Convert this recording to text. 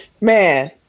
Man